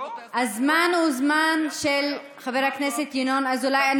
הזמן הוא זמן של חבר הכנסת ינון אזולאי,